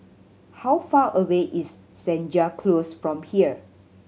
how far away is Senja Close from here